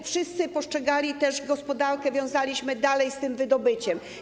Wszyscy postrzegali tak gospodarkę, że wiązaliśmy ją dalej z tym wydobyciem.